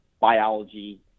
biology